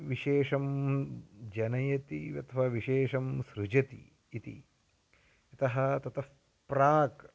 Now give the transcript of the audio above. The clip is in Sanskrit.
विशेषं जनयति अथवा विशेषं सृजति इति यतः ततः प्राक्